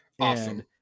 Awesome